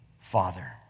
Father